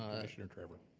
commissioner trevor.